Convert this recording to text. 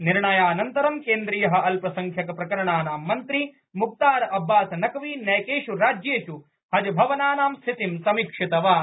निर्णयानन्तरं केन्द्रीय अल्पसंख्यक प्रकरणानां मंत्री मुख्तार अब्बास नकवी नैकेष् राज्येष् हज भवनानां स्थितिं समीक्षितवान्